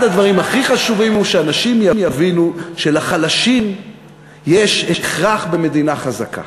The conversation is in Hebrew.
אחד הדברים הכי חשובים הוא שאנשים יבינו שלחלשים יש הכרח במדינה חזקה.